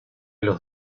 los